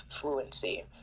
fluency